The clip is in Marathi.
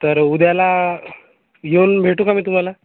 तर उद्याला येऊन भेटू का मी तुम्हाला